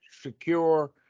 secure